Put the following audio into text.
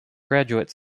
graduate